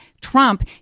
Trump